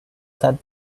that